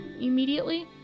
immediately